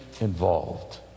involved